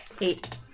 Eight